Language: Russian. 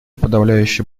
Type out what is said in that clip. подавляющее